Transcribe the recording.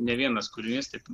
ne vienas kūrinys taip